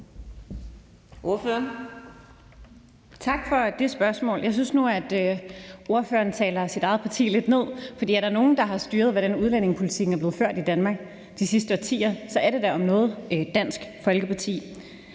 Tak for det spørgsmål. Jeg synes nu, at ordføreren taler sit eget parti lidt ned. For er der nogen, der har styret, hvordan udlændingepolitikken er blevet ført i Danmark igennem de sidste årtier, så er det da Dansk Folkeparti.